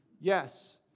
Yes